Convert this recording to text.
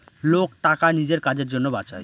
লোক টাকা নিজের কাজের জন্য বাঁচায়